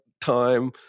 time